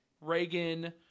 Reagan